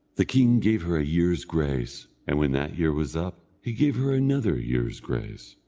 the king gave her a year's grace, and when that year was up he gave her another year's grace,